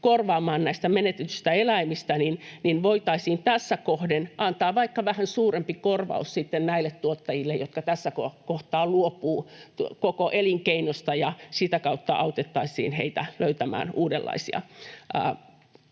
korvaamaan näistä menetetyistä eläimistä, niin voitaisiin tässä kohden antaa vaikka vähän suurempi korvaus sitten näille tuottajille, jotka tässä kohtaa luopuvat koko elinkeinosta, ja sitä kautta autettaisiin heitä löytämään uudenlaisia